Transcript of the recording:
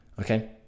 okay